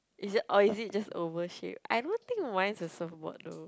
is it or is it just oval shaped I don't think mine's a surfboard though